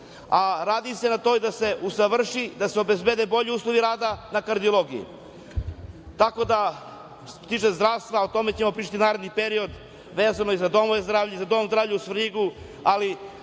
a radi se na tome da se usavrši, da se obezbede bolji uslovi rada na kardiologiji. Što se tiče zdravstva, o tome ćemo pričati u narednom periodu, vezano i za domove zdravlja, i za Dom zdravlja u Svrljigu,